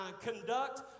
conduct